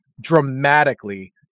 dramatically